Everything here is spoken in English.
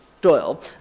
Doyle